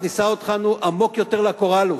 היא רק מכניסה אותנו עמוק יותר ל"קוראלס".